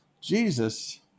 Jesus